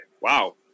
Wow